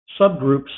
subgroups